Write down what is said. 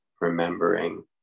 remembering